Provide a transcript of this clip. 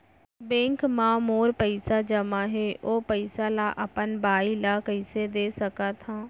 Bank म मोर पइसा जेमा हे, ओ पइसा ला अपन बाई ला कइसे दे सकत हव?